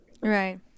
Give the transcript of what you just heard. Right